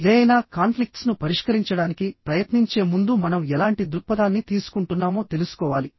ఏదైనా కాన్ఫ్లిక్ట్స్ ను పరిష్కరించడానికి ప్రయత్నించే ముందు మనం ఎలాంటి దృక్పథాన్ని తీసుకుంటున్నామో తెలుసుకోవాలి